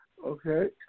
Okay